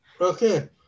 Okay